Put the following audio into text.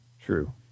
True